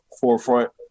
forefront